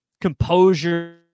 composure